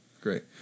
great